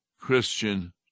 Christian